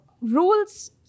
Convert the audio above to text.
rules